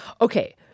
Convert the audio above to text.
Okay